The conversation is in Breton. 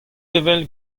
evel